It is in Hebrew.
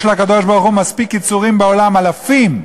יש לקדוש-ברוך-הוא מספיק יצורים בעולם, אלפים.